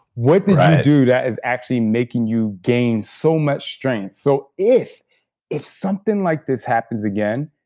what did you do that is actually making you gain so much strength. so if if something like this happens again,